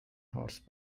horse